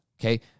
Okay